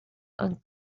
and